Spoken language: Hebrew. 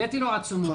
הבאתי לו עצומות.